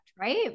right